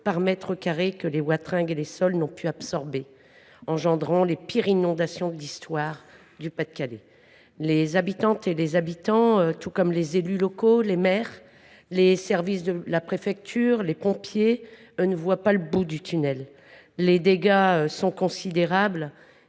par mètre carré que les wateringues et les sols n’ont pu absorber, engendrant les pires inondations de l’histoire du Pas de Calais. Les habitantes et les habitants, tout comme les élus locaux, les maires, les services de la préfecture et les pompiers ne voient pas le bout du tunnel. Les dégâts sont déjà considérables.